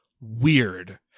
weird